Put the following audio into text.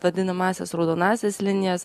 vadinamąsias raudonąsias linijas